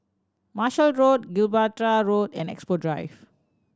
Marshall Road Gibraltar Road and Expo Drive